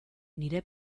nire